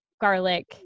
garlic